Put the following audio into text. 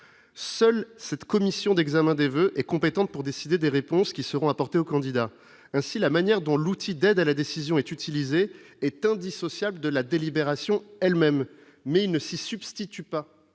seule cette commission d'examen des voeux est compétente pour décider des réponses qui seront apportées aux candidats ainsi la manière dont l'outil d'aide à la décision est utilisé est indissociable de la délibération elles-mêmes mais il ne s'y substitue pas